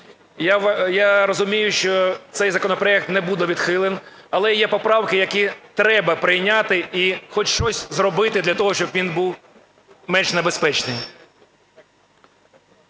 я розумію, що цей законопроект не буде відхилений. Але є поправки, які треба прийняти і хоч щось зробити для того, щоб він був менш небезпечний.